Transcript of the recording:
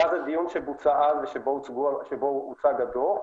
הדיון שבוצע אז ושבו הוצג הדוח,